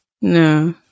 no